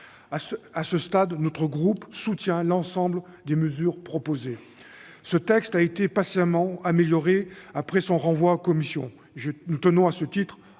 À ce stade, notre groupe soutient l'ensemble des mesures proposées. Ce texte a été patiemment amélioré après son renvoi à la commission. Nous tenons, à ce titre,